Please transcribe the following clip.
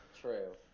True